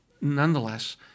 Nonetheless